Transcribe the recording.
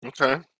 Okay